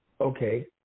Okay